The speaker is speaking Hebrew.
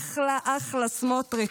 אחלה, אחלה סמוטריץ'.